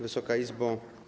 Wysoka Izbo!